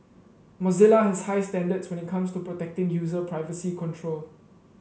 Mozilla has high standards when it comes to protecting user privacy control